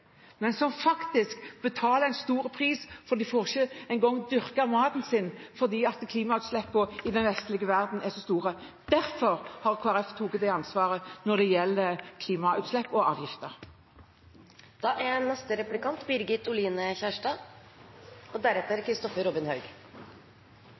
faktisk betaler en høy pris, for de får ikke engang dyrket maten sin fordi klimautslippene i den vestlige verden er så store. Derfor har Kristelig Folkeparti tatt det ansvaret når det gjelder klimautslipp og avgifter.